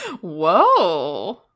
whoa